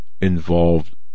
involved